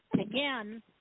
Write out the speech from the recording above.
again